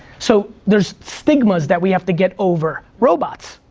so, there's stigmas that we have to get over. robots.